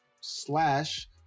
slash